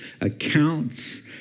accounts